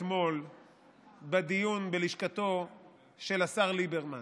אתמול בדיון בלשכתו של השר ליברמן.